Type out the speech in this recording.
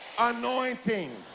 Anointing